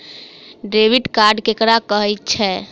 Debit card ककरा कहै छै?